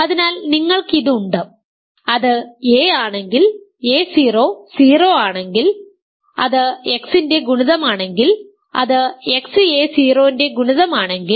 അതിനാൽ നിങ്ങൾക്ക് ഇത് ഉണ്ട് അത് a ആണെങ്കിൽ a0 0 ആണെങ്കിൽ അത് X ന്റെ ഗുണിതമാണെങ്കിൽ അത് Xa 0 ന്റെ ഗുണിതമാണെങ്കിൽ